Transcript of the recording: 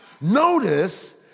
Notice